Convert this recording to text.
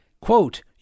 Quote